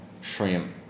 shrimp